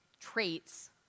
traits